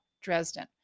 Dresden